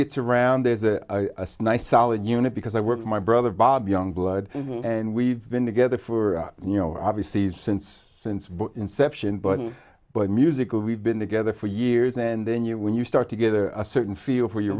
gets around there's a nice solid unit because i work my brother bob youngblood and we've been together for you know obviously since since inception but but musical we've been together for years and then you when you start together a certain feel for your